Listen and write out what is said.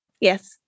Yes